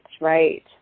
right